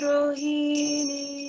Rohini